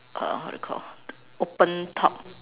uh how do you call open top